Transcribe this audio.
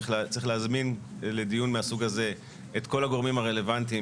צריך להזמין לדיון מהסוג הזה את כל הגורמים הרלוונטיים,